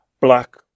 black